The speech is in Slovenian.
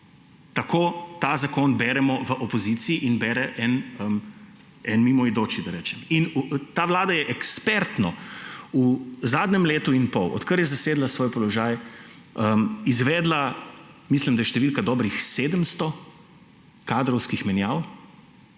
Tako ta zakon beremo v opoziciji in bere nek mimoidoči, da tako rečem. Ta vlada je ekspertno v zadnjem letu in pol, odkar je zasedla svoj položaj, izvedla, mislim, da je številka dobrih 700 kadrovskih menjav,